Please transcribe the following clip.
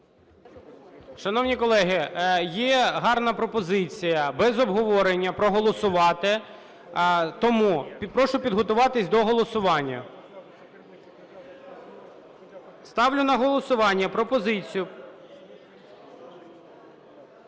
Шановні колеги, є гарна пропозиція без обговорення проголосувати. Тому прошу підготуватися до голосування. Ставлю на голосування пропозицію...